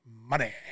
money